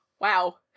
wow